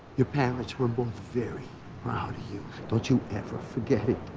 your parents were both very proud of you. don't you ever forget it.